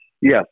yes